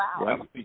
Wow